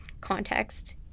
context